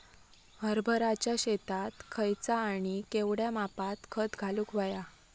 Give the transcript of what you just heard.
हरभराच्या शेतात खयचा आणि केवढया मापात खत घालुक व्हया?